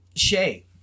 Shay